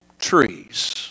trees